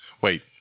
Wait